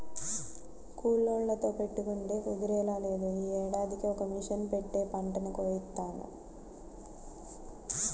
కూలోళ్ళతో పెట్టుకుంటే కుదిరేలా లేదు, యీ ఏడాదికి ఇక మిషన్ పెట్టే పంటని కోయిత్తాను